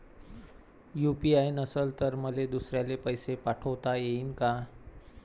UPI नसल तर मले दुसऱ्याले पैसे पाठोता येईन का?